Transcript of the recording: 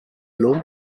l’eau